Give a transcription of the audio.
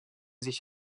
sich